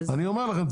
אני אומר לכם,